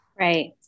Right